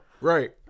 Right